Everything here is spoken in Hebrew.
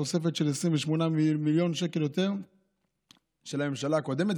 תוספת של 28 מיליון שקל על הממשלה הקודמת.